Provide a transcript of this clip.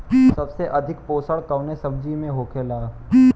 सबसे अधिक पोषण कवन सब्जी में होखेला?